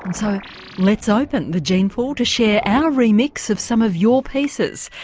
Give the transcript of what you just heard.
and so let's open the gene pool to share our remix of some of your pieces.